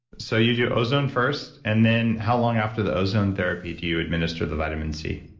so, you do ozone first. and then how long after the ozone therapy do you administer the vitamin c?